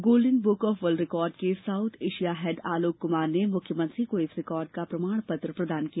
golden book of world record के south Asia head Alok Kumar ने मुख्यमंत्री को इस रिकॉर्ड का प्रमाण पत्र प्रदान किया